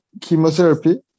chemotherapy